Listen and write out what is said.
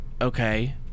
okay